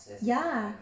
ya